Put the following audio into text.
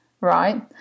right